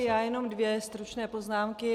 Já jenom dvě stručné poznámky.